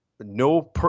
No